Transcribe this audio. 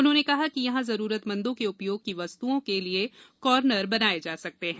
उन्होंने कहा कि यहां जरूरतमंदों के उपयोग की वस्तुएँ के लिये कार्नर बनाये जा सकते है